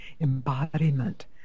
embodiment